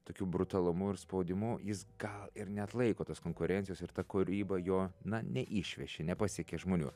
tokiu brutalumu ir spaudimu jis gal ir neatlaiko tos konkurencijos ir ta kūryba jo na neišveši nepasiekė žmonių